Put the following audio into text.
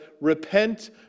repent